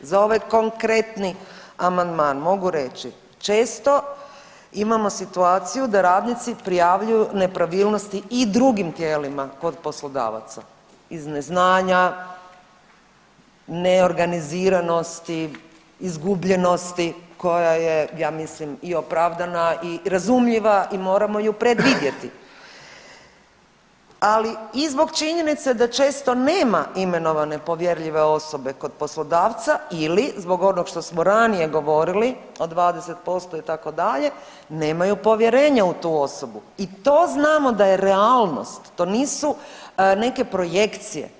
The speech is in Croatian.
Za ovaj konkretni amandman mogu reći često imamo situaciju da radnici prijavljuju nepravilnosti i drugim tijelima kod poslodavaca, iz neznanja, neorganiziranosti, izgubljenosti koja je ja mislim i opravdana i razumljiva i moramo ju predvidjeti, ali i zbog činjenice da često nema imenovane povjerljive osobe kod poslodavca ili zbog onog što smo ranije govorili o 20% itd. nemaju povjerenja u tu osobu i to znamo da je realnost, to nisu neke projekcije.